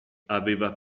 aveva